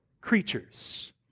creatures